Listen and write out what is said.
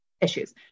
issues